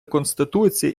конституції